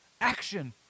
action